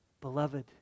Beloved